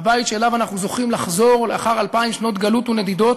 הבית שאליו אנחנו זוכים לחזור לאחר אלפיים שנות גלות ונדידות.